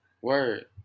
Word